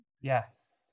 Yes